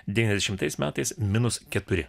devyniasdešimtais metais minus keturi